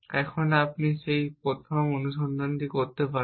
এখন আপনি সেই প্রথম অনুসন্ধানটি করতে পারেন